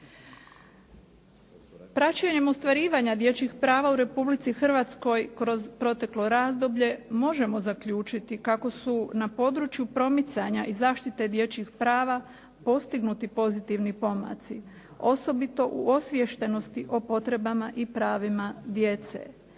Praćenjem ostvarivanja dječjih prava u Republici Hrvatskoj kroz proteklo razdoblje možemo zaključiti kako su na području promicanja i zaštite dječjih prava postignuti pozitivni pomaci, osobito u osviještenosti o potrebama i pravima djece.